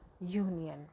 union